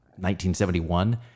1971